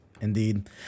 Indeed